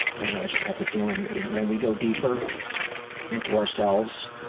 i don't know, i just have the feeling, when we go deeper into ourselves,